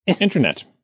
Internet